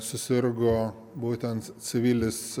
susirgo būtent civilis